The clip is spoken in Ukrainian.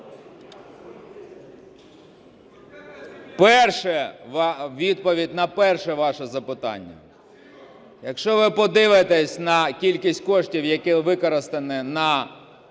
Перше, відповідь на перше ваше запитання. Якщо ви подивитесь на кількість коштів, які використані на